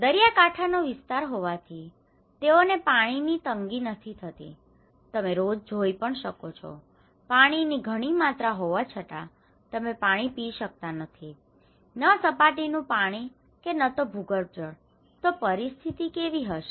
દરિયાકાંઠાનો વિસ્તાર હોવાથી તેઓને પાણીની તંગી નથી હોતી તમે રોજ પાણી જોઈ પણ શકો છો પાણીની ઘણી માત્રા હોવા છતાં તમે તે પાણી પી શકતા નથી ન સપાટીનું પાણી કે ન તો ભૂગર્ભ જળ તો પરિસ્થિતિ કેવી હશે